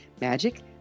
magic